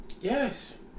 Yes